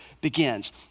begins